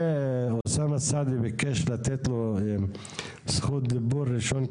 אוסאמה סעדי ביקש לתת לו זכות דיבור ראשון,